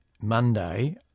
Monday